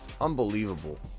Unbelievable